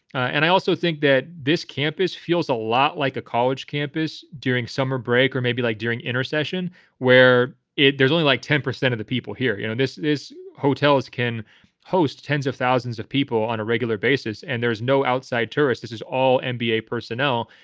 and i also think that this campus feels a lot like a college campus during summer break or maybe like during intersession where it there's only like ten percent of the people here. you know, this is hotels can host tens of thousands of people on a regular basis. and there's no outside tourists. this is all and nba personnel.